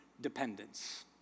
dependence